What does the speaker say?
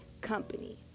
company